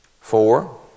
four